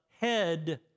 head